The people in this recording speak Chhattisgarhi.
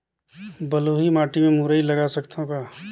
बलुही माटी मे मुरई लगा सकथव का?